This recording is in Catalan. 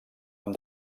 amb